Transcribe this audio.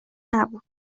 نبود